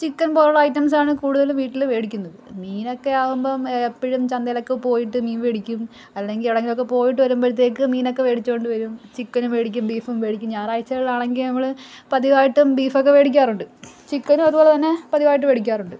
chicken പോലുള്ള ഐറ്റംസാണ് കൂടുതൽ വീട്ടില് മേടിക്കുന്നത് മീനൊക്കെയാകുമ്പം എപ്പഴും ചന്തയിലൊക്കെ പോയിട്ട് മീൻ മേടിക്കും അല്ലെങ്കിൽ എവടെ എങ്കിലുമൊക്കെ പോയിട്ട് വരുമ്പത്തേക്ക് മീനൊക്കെ മേടിച്ചുകൊണ്ട് വരും ചിക്കൻ മേടിക്കും മേടിക്കും ഞായറാഴ്ച്ചകളിലാണെങ്കിൽ നമ്മള് പതിവായിട്ടും ബീഫ ഒക്കെ മേടിക്കാറുണ്ട് ചിക്കനും അതുപോലെതന്നെ പതിവായിട്ട് മേടിക്കാറുണ്ട്